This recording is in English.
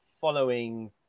following